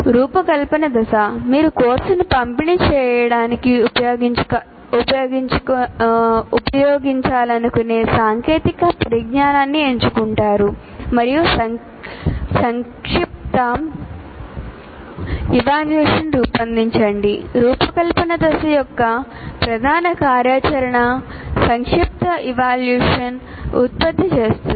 రూపకల్పన దశ మీరు కోర్సును పంపిణీ చేయడానికి ఉపయోగించాలనుకునే సాంకేతిక పరిజ్ఞానాన్ని ఎంచుకుంటారు మరియు సంక్షిప్త మదింపులను రూపొందించండి రూపకల్పన దశ యొక్క ప్రధాన కార్యాచరణ సంక్షిప్త మదింపులను ఉత్పత్తి చేస్తుంది